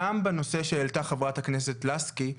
גם בנושא שהעלתה חברת הכנסת לסקי,